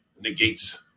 negates